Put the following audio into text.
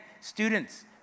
students